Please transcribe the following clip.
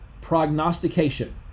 prognostication